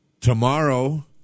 tomorrow